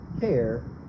care